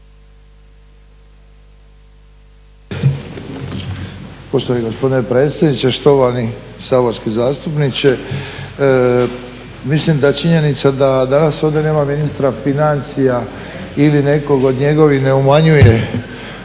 Poštovani gospodine predsjedniče, štovani saborski zastupniče. Mislim da činjenica da danas ovdje nema ministra financija ili nekog od njegovih ne umanjuje